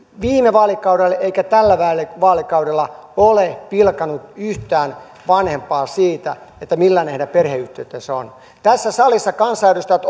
viime vaalikaudella eikä tällä vaalikaudella ole pilkannut yhtään vanhempaa siitä millainen heidän perheyhteytensä on tässä salissa kansanedustajat